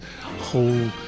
whole